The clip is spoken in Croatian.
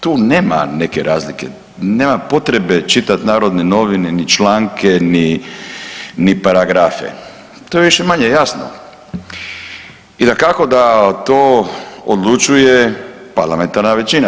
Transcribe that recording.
Tu nema neke razlike, nema potrebe čitat Narodne novine, ni članke, ni paragrafe, to je više-manje jasno i dakako da to odlučuje parlamentarna većina.